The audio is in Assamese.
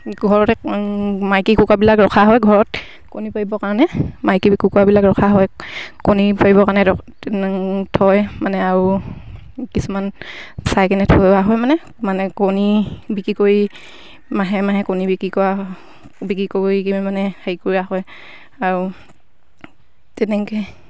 ঘৰতে মাইকী কুকুৰাবিলাক ৰখা হয় ঘৰত কণী পাৰিবৰ কাৰণে মাইকী কুকুৰাবিলাক ৰখা হয় কণী পাৰিবৰ কাৰণে থয় মানে আৰু কিছুমান চাই কেনে থোৱা হয় মানে মানে কণী বিক্ৰী কৰি মাহে মাহে কণী বিক্ৰী কৰা বিক্ৰী কৰি কিনে মানে হেৰি কৰা হয় আৰু তেনেকৈ